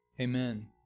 Amen